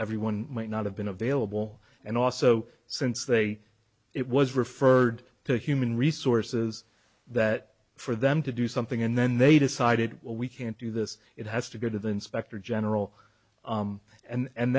everyone might not have been available and also since they it was referred to human resources that for them to do something and then they decided well we can't do this it has to go to the inspector general and